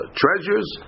treasures